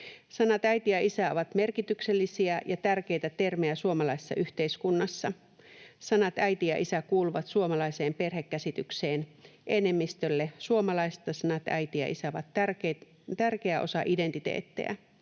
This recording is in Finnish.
Sanat äiti ja isä ovat merkityksellisiä ja tärkeitä termejä suomalaisessa yhteiskunnassa. Sanat äiti ja isä kuuluvat suomalaiseen perhekäsitykseen. Enemmistölle suomalaisista sanat äiti ja isä ovat tärkeä osa identiteettiä.